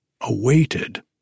awaited